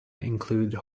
include